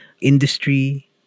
industry